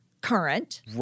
current